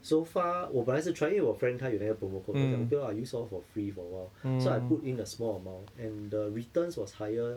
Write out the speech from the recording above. so far 我本来是 try 因为我 friend 他有那个 promo code 我就讲 okay lah I use lor for free for awhile so I put in a small amount and the returns was higher